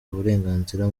uburenganzira